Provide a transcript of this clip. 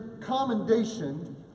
commendation